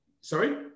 Sorry